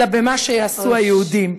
אלא במה שיעשו היהודים.